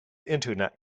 internet